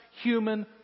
human